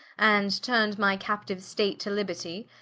and turn'd my captiue state to libertie,